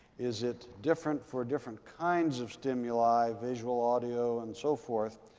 is it different for different kinds of stimuli visual, audio, and so forth?